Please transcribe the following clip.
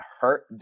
hurt